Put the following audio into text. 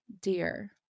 dear